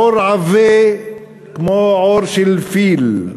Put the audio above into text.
עור עבה כמו עור של פיל,